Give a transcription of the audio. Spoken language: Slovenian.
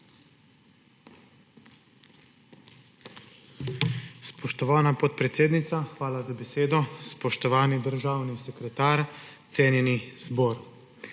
Spoštovana gospa podpredsednica, hvala za besedo, tretjič. Spoštovani državni sekretar, cenjeni zbor!